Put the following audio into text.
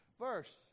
verse